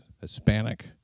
Hispanic